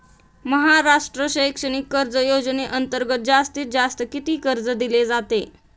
महाराष्ट्र शैक्षणिक कर्ज योजनेअंतर्गत जास्तीत जास्त किती कर्ज दिले जाते?